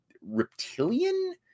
reptilian